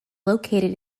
located